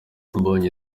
mbonye